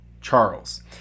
Charles